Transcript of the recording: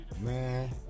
man